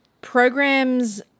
programs